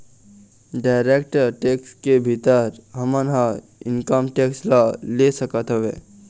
direct tax के भीतर हमन ह इनकम टेक्स ल ले सकत हवँन